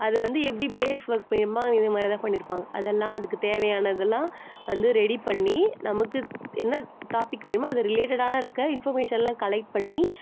அதை வந்து எப்படி பேஸ் ஒர்க் பண்ணியிருப்பாங்கன்னா இது மாதிரி தான் பண்ணியிருப்பாங்க அதெல்லாம் அதுக்கு தேவையானதெல்லாம் வந்து ரெடி பண்ணி நமக்கு என்ன டாப்பிக் வேணுமோ அது ரிலேட்டடான இருக்கற இன்ஃபர்மேஷனெல்லாம் கலெக்ட் பண்ணி